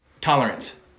tolerance